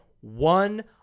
one